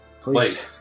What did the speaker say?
please